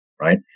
right